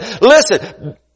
listen